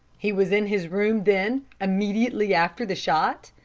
he was in his room, then, immediately after the shot?